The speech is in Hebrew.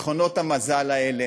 מכונות המזל האלה